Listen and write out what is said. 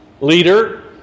leader